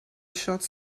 shots